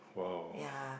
wow